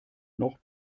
noch